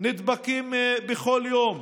נדבקים בכל יום,